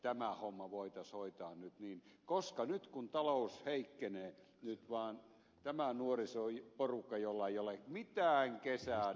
tämä homma voitaisiin hoitaa nyt niin koska nyt kun talous heikkenee on tämä nuorisoporukka jolla ei ole mitään kesäduunia